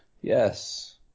Yes